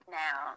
now